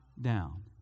down